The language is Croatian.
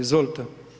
Izvolite.